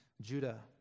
Judah